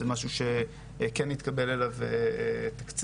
זה משהו שכן התקבל עליו תקציב,